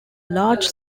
large